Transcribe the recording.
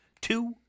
two